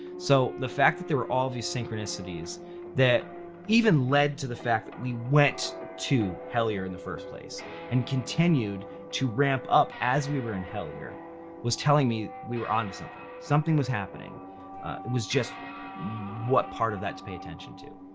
so the fact that there were all of these synchronicities that even led to the fact that we went to hellier in the first place and continued to ramp up as we were in hellier was telling me we were on to something. something was happening. it was just what part of that to pay attention to.